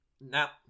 now